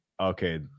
okay